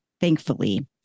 thankfully